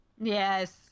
Yes